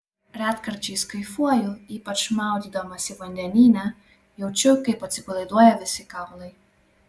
retkarčiais kaifuoju ypač maudydamasi vandenyne jaučiu kaip atsipalaiduoja visi kaulai